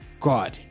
God